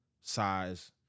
size